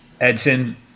Edson